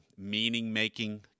meaning-making